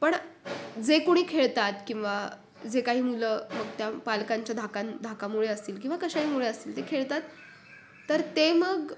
पण जे कुणी खेळतात किंवा जे काही मुलं मग त्या पालकांच्या धाकां धाकामुळे असतील किंवा कशाहीमुळे असतील ते खेळतात तर ते मग